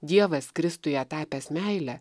dievas kristuje tapęs meile